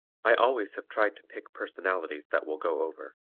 i always have tried to pick personalities that will go over.